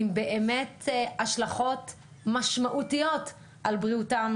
חלק מהתוכניות הוגשו ונמצאות בביצוע,